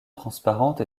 transparente